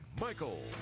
michael